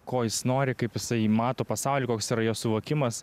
ko jis nori kaip jisai mato pasaulį koks yra jo suvokimas